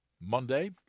Monday